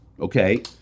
Okay